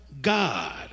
God